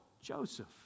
Joseph